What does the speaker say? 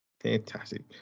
Fantastic